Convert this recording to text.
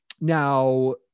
Now